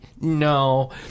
no